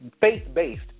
faith-based